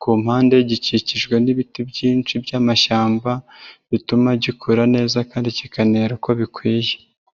ku mpande gikikijwe n'ibiti byinshi by'amashyamba bituma gikura neza kandi kikanera uko bikwiye.